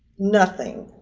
nothing.